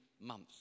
months